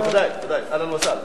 רבותי חברי הכנסת,